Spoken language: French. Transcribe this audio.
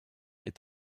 est